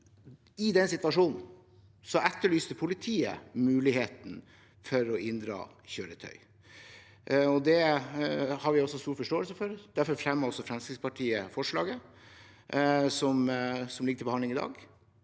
I den situasjonen etterlyste politiet muligheten for å inndra kjøretøy, og det har vi stor forståelse for. Derfor fremmet Fremskrittspartiet det representantforslaget som ligger til behandling i dag.